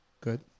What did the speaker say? Good